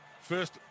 first